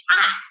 tax